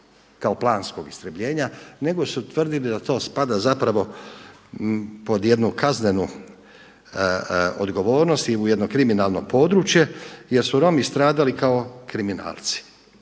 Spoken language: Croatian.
kao planskog istrebljenja nego su tvrdili da to spada zapravo pod jednu kaznenu odgovornost i u jedno kriminalno područje jer su Romi stradali kao kriminalci.